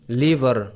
liver